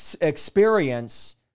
experience